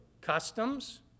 customs